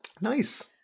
Nice